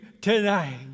tonight